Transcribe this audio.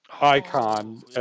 icon